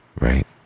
right